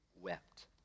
wept